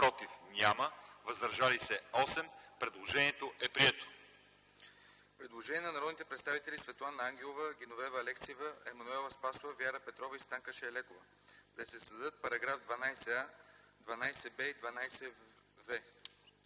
против няма, въздържали се 4. Предложението е прието.